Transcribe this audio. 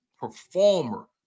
performer